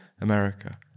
America